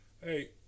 Hey